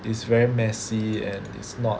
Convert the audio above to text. is very messy and is not